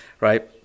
right